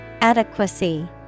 Adequacy